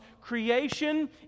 creation